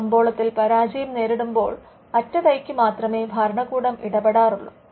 കമ്പോളത്തിൽ പരാജയം നേരിടുമ്പോൾ അറ്റകൈയ്ക്ക് മാത്രമേ ഭരണകൂടം ഇടപെടാറുള്ളു